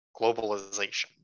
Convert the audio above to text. globalization